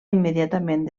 immediatament